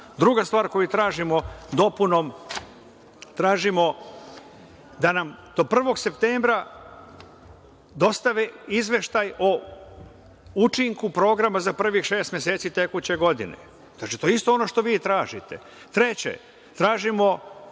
stvar koju tražimo dopunom, tražimo da nam do 1. septembra dostave izveštaj o učinku programa za prvih šest meseci tekuće godine. Znači, to je isto ono što vi tražite. Treće, tražimo